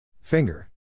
Finger